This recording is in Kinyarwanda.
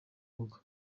rugo